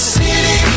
city